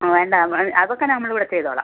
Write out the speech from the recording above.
ആ വേണ്ട അതൊക്കെ ഞങ്ങൾ ഇവിടെ ചെയ്തോളാം